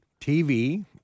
TV